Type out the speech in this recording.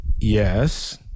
Yes